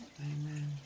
Amen